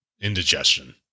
indigestion